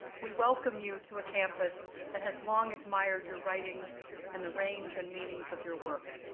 we welcome you to a campus that has long admired your writings and the range and meanings of your work.